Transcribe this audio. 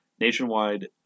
Nationwide